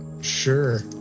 Sure